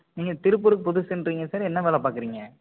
நீங்கள் திருப்பூருக்கு புதுசுன்றீங்க சார் என்ன வேலை பார்க்குறீங்க